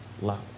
love